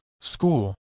school